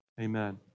Amen